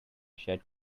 shed